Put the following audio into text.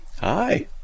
Hi